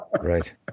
Right